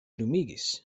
lumigis